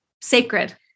sacred